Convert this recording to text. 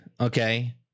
okay